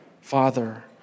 Father